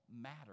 matter